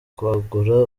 kwagura